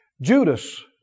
Judas